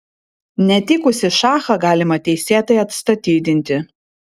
netikusį šachą galima teisėtai atstatydinti